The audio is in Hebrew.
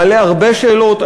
מעלה הרבה שאלות.